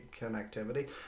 connectivity